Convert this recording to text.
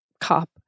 COP